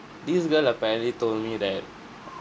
this girl apparently told me that